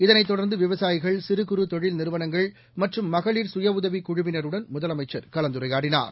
இதனைத் தொடர்ந்துவிவசாயிகள் சிறு குறு தொழில் நிறுவனங்கள் மற்றும் மகளிர் சுய உதவிக் குழுவினருடன் முதலமைச்சர் கலந்துரையாடினார்